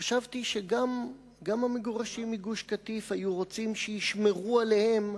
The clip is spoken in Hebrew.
חשבתי שגם המגורשים מגוש-קטיף היו רוצים שישמרו עליהם,